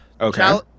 Okay